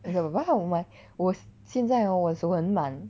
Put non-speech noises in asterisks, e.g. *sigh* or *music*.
*noise* 我现在 hor 我手很软